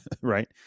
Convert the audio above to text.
right